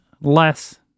less